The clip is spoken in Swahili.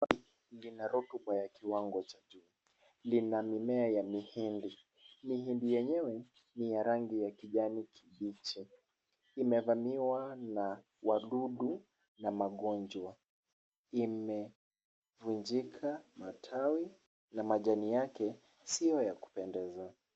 Vina rotuba ya kiwango cha juu. Lina mimea ya mihindi. Mihindi yenyewe ni ya rangi ya kijani kibichi. Imevamiwa na wadudu na magonjwa. Imevunjika matawi na majani yake sio ya kupendeza.